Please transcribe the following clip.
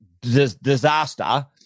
disaster